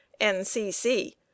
NCC